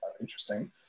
interesting